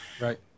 right